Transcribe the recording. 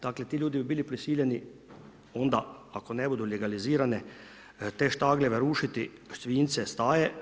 Dakle, ti ljudi bi bili prisiljeni onda ako ne budu legalizirane, te štagljeve rušiti, svinjce, staje.